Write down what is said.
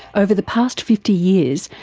over the past fifty years,